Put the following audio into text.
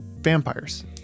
vampires